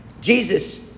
jesus